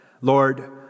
Lord